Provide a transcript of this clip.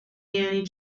یعنی